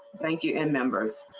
thank you and members.